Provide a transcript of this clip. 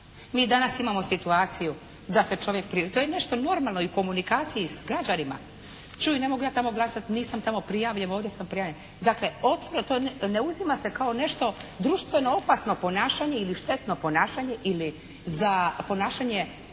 Mi danas imamo situaciju da se čovjek, to je nešto normalno i u komunikaciji s građanima, čuj ne mogu ja tamo glasati nisam tamo prijavljen, ovdje sam prijavljen. Dakle, to ne uzima se kao nešto društveno opasno ponašanje ili štetno ponašanje ili za ponašanje